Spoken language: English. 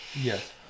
Yes